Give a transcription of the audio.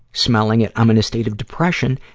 smelling it, i'm in a state of depression.